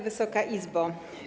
Wysoka Izbo!